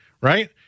right